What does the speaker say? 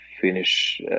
finish